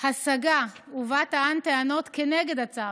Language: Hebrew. השגה ובה טען טענות כנגד הצו,